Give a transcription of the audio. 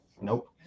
nope